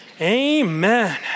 amen